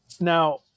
Now